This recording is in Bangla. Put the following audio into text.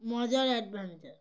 মজার অ্যাডভেঞ্চার